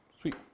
Sweet